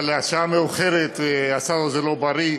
אבל השעה מאוחרת ואסדו זה לא בריא.